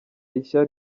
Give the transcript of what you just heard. rishya